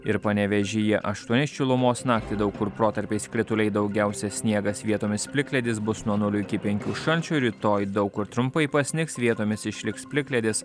ir panevėžyje aštuoni šilumos naktį daug kur protarpiais krituliai daugiausiai sniegas vietomis plikledis bus nuo nulio iki penkių šalčio rytoj daug kur trumpai pasnigs vietomis išliks plikledis